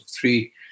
three